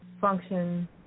function